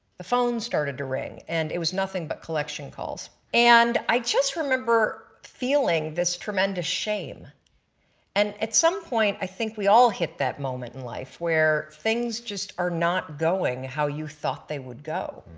the phone started to ring and it was nothing but collection calls. and i just remember feeling this tremendous shame and at some point i think we all hit that moment in life where things just are not going how you thought they would go.